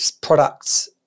products